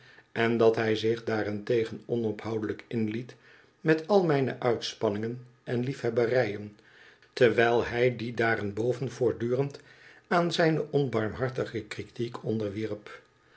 en dat hij zich daarentegen onophoudelijk inliet met al mijne uitspanningen en liefhebberijen terwijl hij die daarenboven voortdurend aan zijn onbarmhartige critiek onderwierp